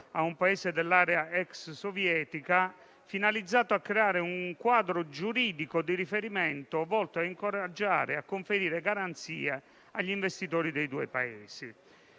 un Paese dell'area ex sovietica, finalizzato a creare un quadro giuridico di riferimento volto a incoraggiare e conferire garanzie agli investitori dei due Paesi.